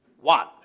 One